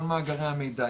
כל מאגרי המידע,